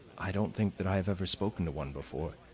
i don't think that i have ever spoken to one before.